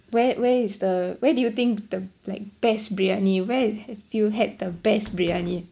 where where is the where do you think the like best briyani where have you had the best briyani